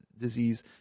disease